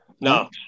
No